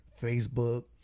Facebook